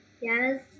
Yes